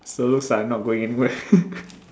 so looks like I'm not going anywhere